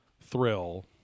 Thrill